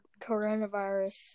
coronavirus